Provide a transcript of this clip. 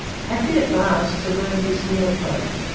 happy at last to learn his near approach,